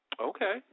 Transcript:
Okay